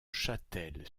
châtel